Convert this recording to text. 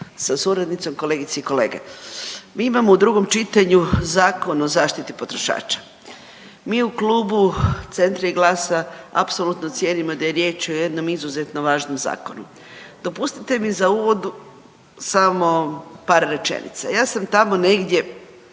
sa suradnicom, kolegice i kolege. Mi imamo u drugom čitanju Zakon o zaštiti potrošača. Mi u klubu Centra i GLAS-a apsolutno cijenimo da je riječ o jednom izuzetno važnom zakonu. Dopustite mi za uvod samo par rečenica. Ja sam tamo negdje